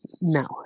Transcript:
No